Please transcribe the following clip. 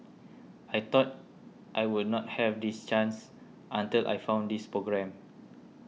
I thought I would not have this chance until I found this programme